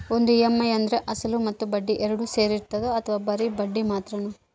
ಒಂದು ಇ.ಎಮ್.ಐ ಅಂದ್ರೆ ಅಸಲು ಮತ್ತೆ ಬಡ್ಡಿ ಎರಡು ಸೇರಿರ್ತದೋ ಅಥವಾ ಬರಿ ಬಡ್ಡಿ ಮಾತ್ರನೋ?